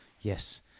Yes